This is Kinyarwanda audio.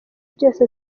byose